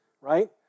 right